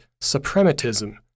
Suprematism